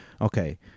Okay